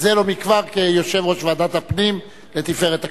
זה לא מכבר כיושב-ראש ועדת הפנים, לתפארת הכנסת.